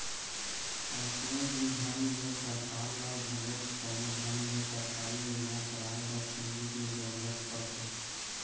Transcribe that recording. अइसने ही ढंग ले सरकार ल घलोक कोनो ढंग ले सरकारी योजना चलाए बर पूंजी के जरुरत पड़थे